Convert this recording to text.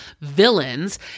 villains